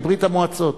מברית-המועצות.